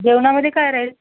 जेवणामध्ये काय राहील